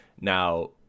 now